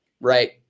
right